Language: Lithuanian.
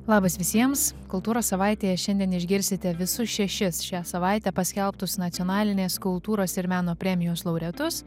labas visiems kultūros savaitėje šiandien išgirsite visus šešis šią savaitę paskelbtus nacionalinės kultūros ir meno premijos laureatus